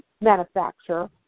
manufacturer